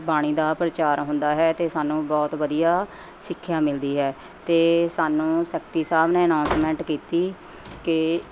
ਬਾਣੀ ਦਾ ਪ੍ਰਚਾਰ ਹੁੰਦਾ ਹੈ ਅਤੇ ਸਾਨੂੰ ਬਹੁਤ ਵਧੀਆ ਸਿੱਖਿਆ ਮਿਲਦੀ ਹੈ ਅਤੇ ਸਾਨੂੰ ਸੈਕਟਰੀ ਸਾਹਿਬ ਨੇ ਅਨਾਊਸਮੈਂਟ ਕੀਤੀ ਕਿ